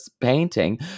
painting